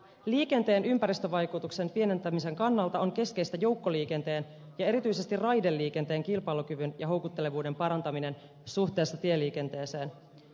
liikenteen ympäristövaikutuksen pienentämisen kannalta on keskeistä joukkoliikenteen ja erityisesti raideliikenteen kilpailukyvyn ja houkuttelevuuden parantaminen suhteessa tieliikenteeseen